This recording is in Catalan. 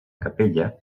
capella